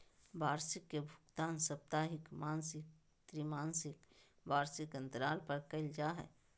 वार्षिकी के भुगतान साप्ताहिक, मासिक, त्रिमासिक, वार्षिक अन्तराल पर कइल जा हइ